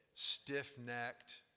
Stiff-necked